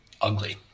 ugly